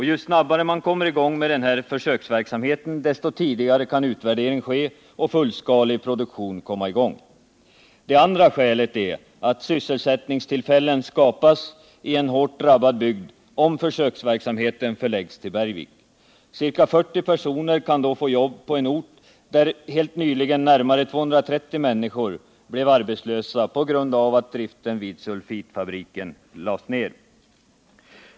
Ju snabbare man kommer i gång med den här försöksverksamheten, desto tidigare kan utvärdering ske och fullskalig produktion komma i gång. Det andra skälet är att sysselsättningstillfällen skapas i en hårt drabbad bygd om försöksverksamheten förläggs till Bergvik. Ca 40 personer kan då få jobb på en ort, där helt nyligen närmare 230 människor blev arbetslösa på grund av att driften vid sulfitfabriken lades ner.